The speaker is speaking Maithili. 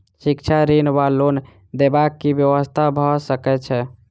शिक्षा ऋण वा लोन देबाक की व्यवस्था भऽ सकै छै?